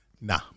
nah